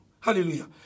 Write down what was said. Hallelujah